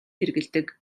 хэрэглэдэг